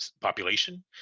population